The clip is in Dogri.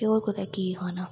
होर कुतै कि खाना